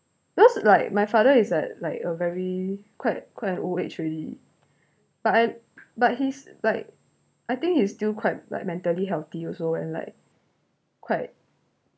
because like my father is like like a very quite quite an old age already but I but he's like I think he's still quite like mentally healthy also and like quite